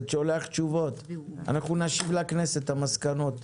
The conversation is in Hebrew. מכיוון שלא הייתי ראשון הדוברים,